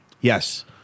Yes